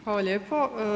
Hvala lijepo.